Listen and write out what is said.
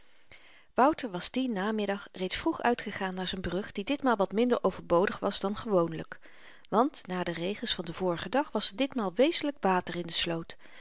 wouter was dien namiddag reeds vroeg uitgegaan naar z'n brug die ditmaal wat minder overbodig was dan gewoonlyk want na de regens van den vorigen dag was er ditmaal wezenlyk water in de sloot